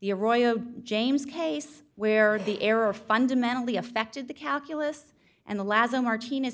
the a royal james case where the error fundamentally affected the calculus and the